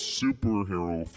superhero